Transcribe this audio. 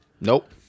nope